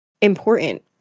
important